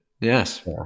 Yes